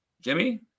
jimmy